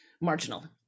marginal